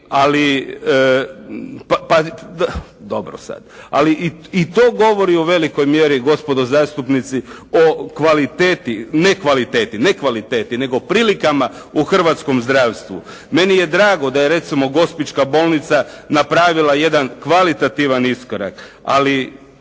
toalet papira, ali i to govori o velikoj mjeri gospodo zastupnici o kvaliteti, ne kvaliteti, ne kvaliteti nego prilikama u hrvatskom zdravstvu. Meni je drago da je recimo Gospićka bolnica napravila jedan kvalitativan iskorak. Ali